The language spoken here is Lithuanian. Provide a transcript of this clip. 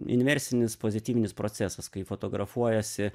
inversinis pozityvinis procesas kai fotografuojasi